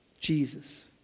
Jesus